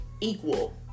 equal